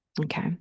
Okay